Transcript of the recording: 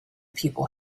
people